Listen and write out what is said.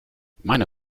meine